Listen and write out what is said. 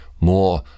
more